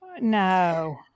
no